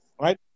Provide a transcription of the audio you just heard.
right